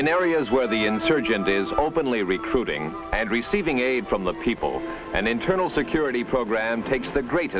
in areas where the insurgent is openly recruiting and receiving aid from the people and internal security program takes the great